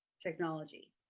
technology